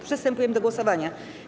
Przystępujemy do głosowania.